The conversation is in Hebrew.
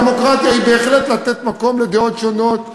הדמוקרטיה היא בהחלט לתת מקום לדעות שונות,